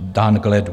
dán k ledu.